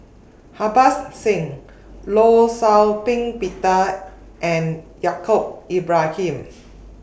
Harbans Singh law Shau Ping Peter and Yaacob Ibrahim